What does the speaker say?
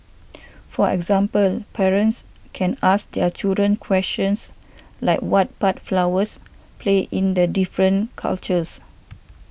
for example parents can ask their children questions like what part flowers play in the different cultures